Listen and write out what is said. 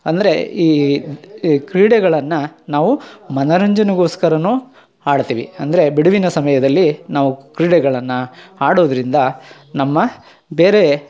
ಅಂದರೆ ಈ ಕ್ರೀಡೆಗಳನ್ನು ನಾವು ಮನರಂಜನೆಗೋಸ್ಕರನೂ ಆಡ್ತೀವಿ ಅಂದರೆ ಬಿಡುವಿನ ಸಮಯದಲ್ಲಿ ನಾವು ಕ್ರೀಡೆಗಳನ್ನು ಆಡೋದ್ರಿಂದ ನಮ್ಮ ಬೇರೆ